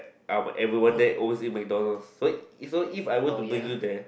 um but everyone there always eat McDonalds so so if I were to bring you there